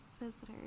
visitors